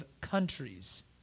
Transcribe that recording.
countries